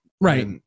Right